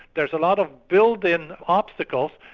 there's a lot of built-in obstacles,